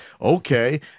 Okay